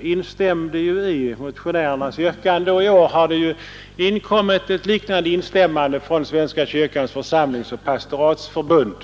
instämde man i motionärernas yrkande. I år har ett liknande instämmande inkommit från Svenska kyrkans församlingsoch pastoratsförbund.